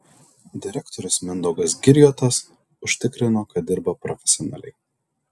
direktorius mindaugas girjotas užtikrino kad dirba profesionaliai